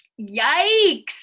Yikes